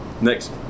next